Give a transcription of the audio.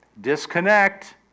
disconnect